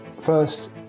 First